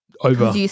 over